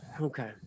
okay